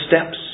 steps